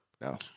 No